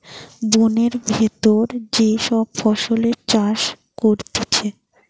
বোনের ভিতর যে সব ফসলের চাষ করতিছে